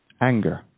anger